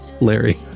Larry